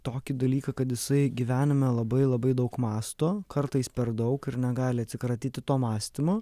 tokį dalyką kad jisai gyvenime labai labai daug mąsto kartais per daug ir negali atsikratyti to mąstymo